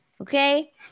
Okay